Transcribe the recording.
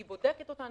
היא בודקת אותן,